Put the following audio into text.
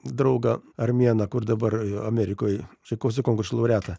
draugą armėną kur dabar amerikoje čaikovskio konkursų laureatą